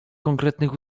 konkretnych